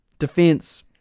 defense